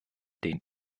den